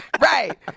Right